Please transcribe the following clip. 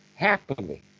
happily